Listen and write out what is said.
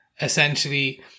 essentially